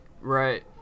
right